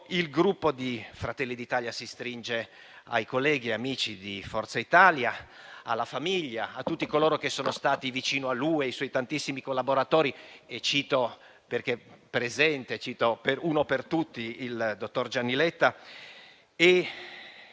il Gruppo Fratelli d'Italia si stringe ai colleghi e agli amici di Forza Italia, alla famiglia, a tutti coloro che sono stati vicino a lui, ai suoi tantissimi collaboratori e cito perché presente, uno per tutti, il dottor Gianni Letta.